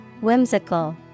whimsical